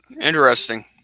Interesting